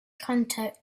context